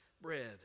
bread